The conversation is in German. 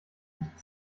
nicht